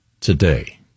today